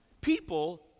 People